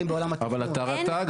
בעולם התכנון --- אבל אתה רט"ג,